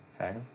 Okay